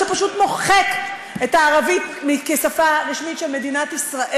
שפשוט מוחק את הערבית כשפה רשמית של מדינת ישראל.